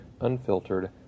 unfiltered